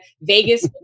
vegas